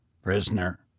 Prisoner